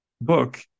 book